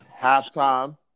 Halftime